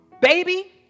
baby